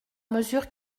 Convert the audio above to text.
mesure